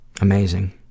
amazing